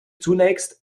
zunächst